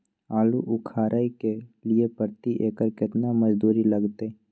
आलू उखारय के लिये प्रति एकर केतना मजदूरी लागते?